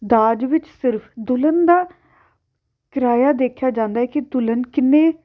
ਦਾਜ ਵਿੱਚ ਸਿਰਫ਼ ਦੁਲਹਨ ਦਾ ਕਿਰਾਇਆ ਦੇਖਿਆ ਜਾਂਦਾ ਕਿ ਦੁਲਹਨ ਕਿੰਨੇ